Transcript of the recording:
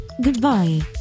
Goodbye